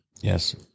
Yes